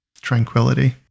tranquility